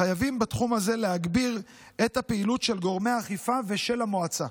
וחייבים בתחום הזה להגביר את הפעילות של גורמי האכיפה ושל המועצה.